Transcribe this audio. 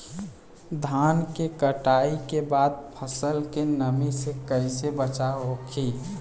धान के कटाई के बाद फसल के नमी से कइसे बचाव होखि?